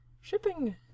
shipping